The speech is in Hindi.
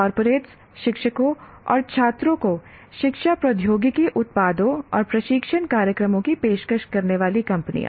कॉर्पोरेट्स शिक्षकों और छात्रों को शिक्षा प्रौद्योगिकी उत्पादों और प्रशिक्षण कार्यक्रमों की पेशकश करने वाली कंपनियां